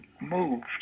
moved